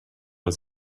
was